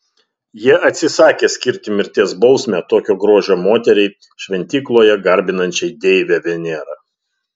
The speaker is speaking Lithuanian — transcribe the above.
jie atsisakė skirti mirties bausmę tokio grožio moteriai šventykloje garbinančiai deivę venerą